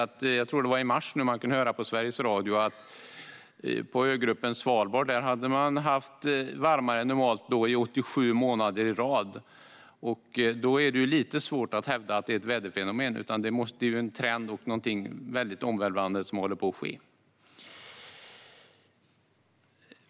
Jag tror att det var i mars man kunde höra i Sveriges Radio att ögruppen Svalbard hade haft varmare än normalt i 87 månader i rad. Då är det lite svårt att hävda att det rör sig om ett väderfenomen. Det är en trend och något väldigt omvälvande som håller på att ske.